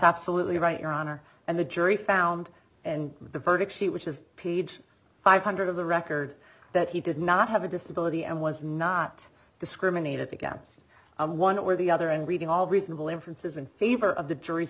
absolutely right your honor and the jury found and the verdict sheet which is page five hundred of the record that he did not have a disability and was not discriminated against one or the other and reading all reasonable inferences in favor of the jury's